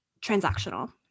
transactional